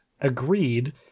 agreed